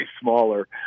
smaller